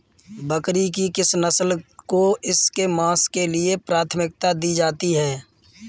बकरी की किस नस्ल को इसके मांस के लिए प्राथमिकता दी जाती है?